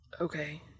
Okay